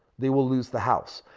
they will lose the house.